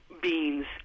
beans